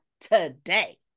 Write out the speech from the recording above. today